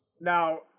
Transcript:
Now